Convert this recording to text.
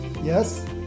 Yes